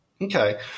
Okay